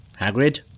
Hagrid